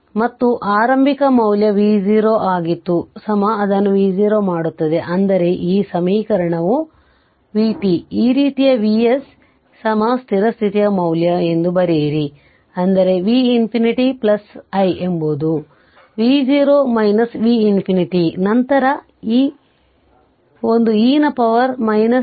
ಮತ್ತು ಆರಂಭಿಕ ಮೌಲ್ಯ v0 ಆಗಿತ್ತು ಅದನ್ನು v0 ಮಾಡುತ್ತದೆ ಅಂದರೆ ಈ ಸಮೀಕರಣ vt ಈ ರೀತಿಯ Vs ಸ್ಥಿರ ಸ್ಥಿತಿಯ ಮೌಲ್ಯ ಎಂದು ಬರೆಯಿರಿ ಅಂದರೆ V ∞ i ಎಂಬುದು v0 V ∞ ನಂತರ ಈ ಒಂದು e ನ ಪವರ್ tτ